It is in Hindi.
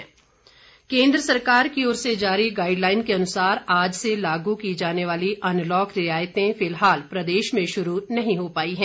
सिनेमा हॉल केंद्र सरकार की ओर से जारी गाइडलाइन के अनुसार आज से लागू की जाने वाली अनलॉक रियायतें फिलहाल प्रदेश में शुरू नहीं हो पाई है